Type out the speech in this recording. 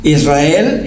Israel